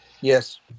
yes